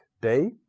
day